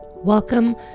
Welcome